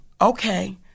Okay